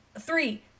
three